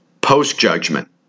post-judgment